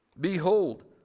behold